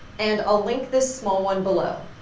and i'll link this small one below.